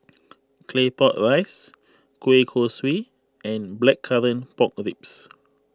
Claypot Rice Kueh Kosui and Blackcurrant Pork Ribs